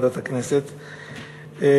ועדת הכנסת,